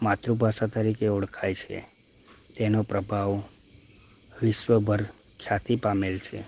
માતૃભાષા તરીકે ઓળખાય છે તેનો પ્રભાવ વિશ્વભર ખ્યાતિ પામેલ છે